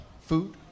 food